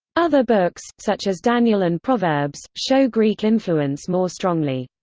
other books, such as daniel and proverbs, show greek influence more strongly.